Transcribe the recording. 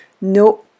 no